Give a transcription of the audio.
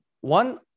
one